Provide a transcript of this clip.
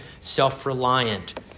self-reliant